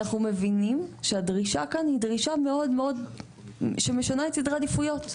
אנחנו מבינים שמדובר כאן בדרישה שמשנה את סדרי העדיפויות.